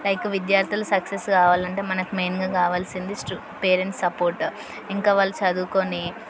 like విద్యార్థులు success కావాలంటే మనకు మెయిన్గా కావాల్సింది స్టూ పేరెంట్స్ సపోర్ట్ ఇంకా వాళ్ళు చదువుకుని